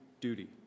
duty